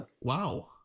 Wow